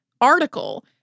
article